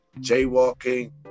jaywalking